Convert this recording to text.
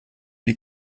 die